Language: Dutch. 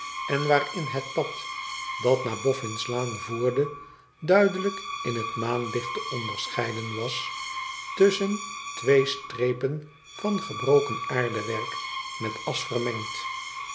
en waarin het pad dat naar de boffin's laan voerde duidelijk in het maanlicht te onderscheiden was tusschen twee strepen van gebroken aardewerk met asch